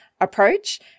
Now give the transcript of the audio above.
approach